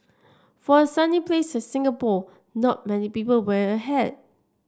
for a sunny place Singapore not many people wear a hat